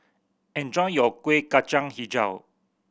enjoy your Kueh Kacang Hijau